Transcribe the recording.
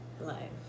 Life